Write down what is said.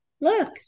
Look